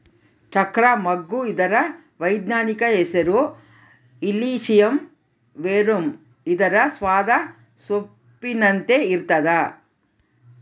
ಚಕ್ರ ಮಗ್ಗು ಇದರ ವೈಜ್ಞಾನಿಕ ಹೆಸರು ಇಲಿಸಿಯಂ ವೆರುಮ್ ಇದರ ಸ್ವಾದ ಸೊಂಪಿನಂತೆ ಇರ್ತಾದ